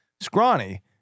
scrawny